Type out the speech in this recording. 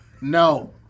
No